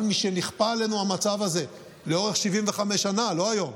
אבל משנכפה עלינו המצב הזה לאורך 75 שנה, לא היום,